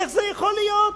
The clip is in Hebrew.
איך זה יכול להיות?